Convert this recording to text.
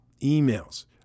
emails